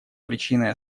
причиной